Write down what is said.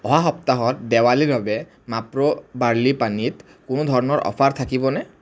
অহা সপ্তাহত দেৱালীৰ বাবে মাপ্ৰ' বাৰ্লি পানীত কোনো ধৰণৰ অফাৰ থাকিবনে